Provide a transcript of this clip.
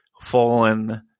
fallen